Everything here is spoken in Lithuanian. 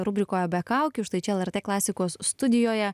rubrikoje be kaukių štai čia lrt klasikos studijoje